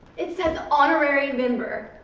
it says honorary member.